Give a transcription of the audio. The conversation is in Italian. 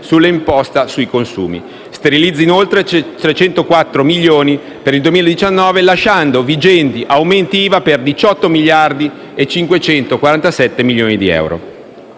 sulla imposta sui consumi. "Sterilizza", inoltre, 304 milioni per il 2019, lasciando vigenti aumenti di IVA per 18.547 milioni di euro.